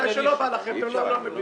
מתי שלא בא לכם אתם לא מביאים את מה שצריך.